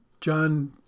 John